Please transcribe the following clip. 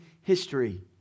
history